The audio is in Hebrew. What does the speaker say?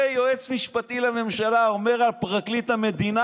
את זה יועץ משפטי לממשלה אומר על פרקליט המדינה